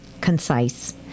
concise